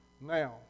now